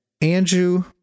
Andrew